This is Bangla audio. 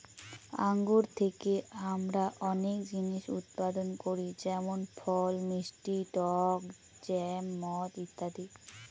আঙ্গুর থেকে আমরা অনেক জিনিস উৎপাদন করি যেমন ফল, মিষ্টি টক জ্যাম, মদ ইত্যাদি